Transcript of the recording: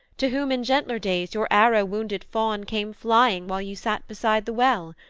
to whom, in gentler days, your arrow-wounded fawn came flying while you sat beside the well?